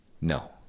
No